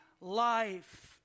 life